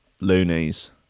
loonies